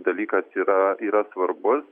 dalykas yra yra svarbus